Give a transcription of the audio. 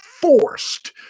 forced